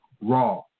Raw